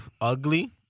ugly